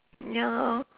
ya lor